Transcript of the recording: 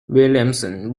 williamson